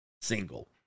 single